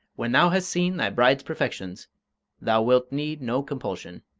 when thou hast seen thy bride's perfections thou wilt need no compulsion,